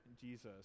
Jesus